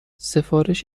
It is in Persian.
سفارش